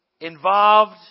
involved